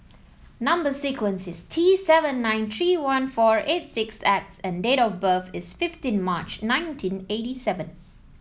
number sequence is T seven nine three one four eight six X and date of birth is fifteen March nineteen eighty seven